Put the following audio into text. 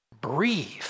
Breathe